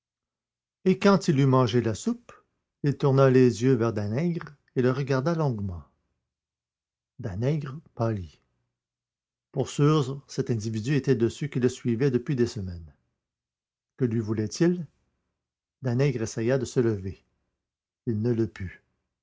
et quand il eut mangé la soupe il tourna les yeux vers danègre et le regarda longuement danègre pâlit pour sûr cet individu était de ceux qui le suivaient depuis des semaines que lui voulait-il danègre essaya de se lever il ne le put